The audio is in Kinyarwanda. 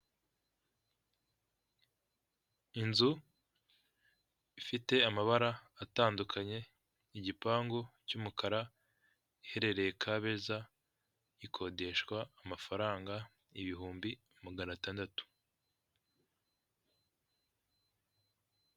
Inzu ifite amabara atandukanye, igipangu cy'umukara iherereye Kabeza, ikodeshwa amafaranga ibihumbi magana atandatu.